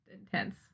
intense